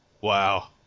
Wow